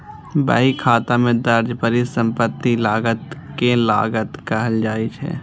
बहीखाता मे दर्ज परिसंपत्ति लागत कें लागत कहल जाइ छै